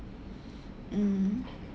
mm